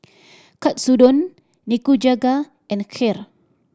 Katsudon Nikujaga and Kheer